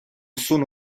sono